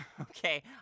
okay